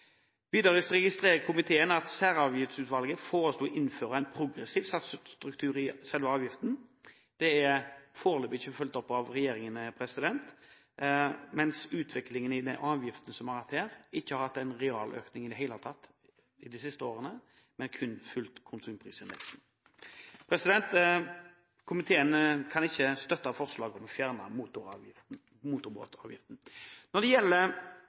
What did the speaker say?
registrerer flertallet i komiteen at Særavgiftsutvalget foreslo å innføre en progressiv satsstruktur i selve avgiften. Det er foreløpig ikke fulgt opp av regjeringen. Utviklingen i denne avgiften har ikke hatt en realøkning i det hele tatt de siste årene, men kun fulgt konsumprisindeksen. Flertallet i komiteen kan ikke støtte forslaget om å fjerne motorbåtavgiften.